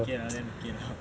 will be okay lah